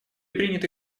приняты